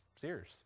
serious